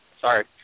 sorry